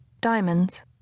diamonds